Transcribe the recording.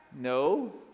No